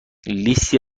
لیستی